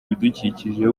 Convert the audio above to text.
ibidukikije